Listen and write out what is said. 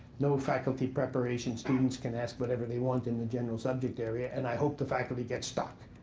no faculty preparation, students can ask whatever they want in the general subject area, and i hope the faculty gets stuck.